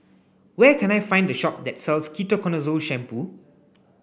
where can I find a shop that sells Ketoconazole shampoo